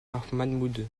mahmud